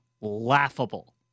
laughable